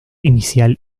inicial